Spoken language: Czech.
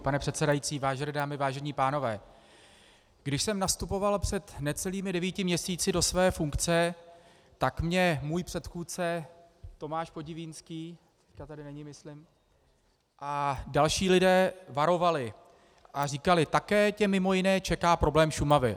Pane předsedající, vážené dámy, vážení pánové, když jsem nastupoval před necelými devíti měsíci do své funkce, tak mě můj předchůdce Tomáš Podivínský, dneska tady není, myslím, a další lidé varovali a říkali, také tě mimo jiné čeká problém Šumavy.